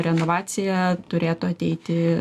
renovaciją turėtų ateiti